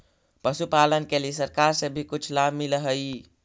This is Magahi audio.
पशुपालन के लिए सरकार से भी कुछ लाभ मिलै हई?